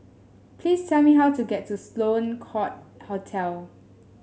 please tell me how to get to Sloane Court Hotel